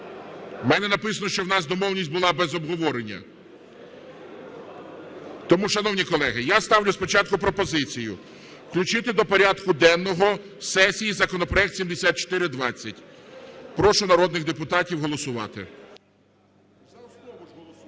В мене написано, що в нас домовленість була – без обговорення. Тому, шановні колеги, я ставлю спочатку пропозицію включити до порядку денного сесії законопроект 7420. Прошу народних депутатів голосувати. 11:11:22 За-272